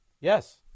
Yes